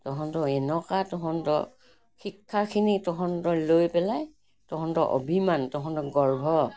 তহঁতৰ এনেকুৱা তহঁতৰ শিক্ষাখিনি তহঁতৰ লৈ পেলাই তহঁতৰ অভিমান তহঁতৰ গৰ্ব